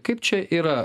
kaip čia yra